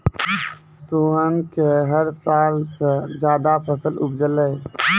सोहन कॅ हर साल स ज्यादा फसल उपजलै